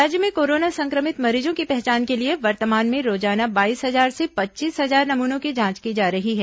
राज्य भें कोरोना संक्रमित मरीजों की पहचान के लिए वर्तमान में रोजाना बाईस हजार से पच्चीस हजार नमूनों की जांच की जा रही है